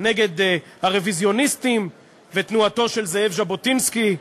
נגד הרוויזיוניסטים ותנועתו של זאב ז'בוטינסקי,